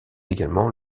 également